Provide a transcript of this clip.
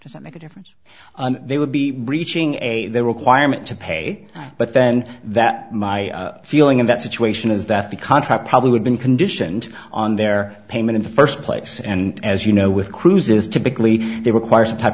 does not make a difference they would be breaching a requirement to pay but then that my feeling in that situation is that the contract probably would been conditioned on their payment in the first place and as you know with cruises typically they require some type